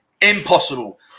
impossible